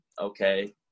okay